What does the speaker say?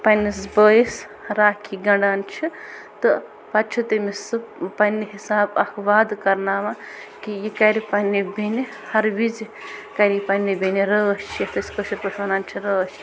پنٛنِس بٲیِس راکھی گَنٛڈان چھِ تہٕ پتہٕ چھُ تٔمس سُہ پنٛنہِ حِساب اَکھ وادٕ کَرناوان کہِ یہِ کَرِ پنٛنہِ بٮ۪نہِ ہر وِزِ کَرِ یہِ پنٛنہِ بیٚنہِ رٲچھ یَتھ أسۍ کٲشر پٲٹھۍ وَنان چھِ رٲچھ